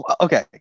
Okay